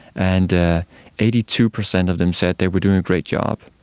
and eighty two percent of them said they were doing a great job.